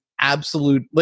absolute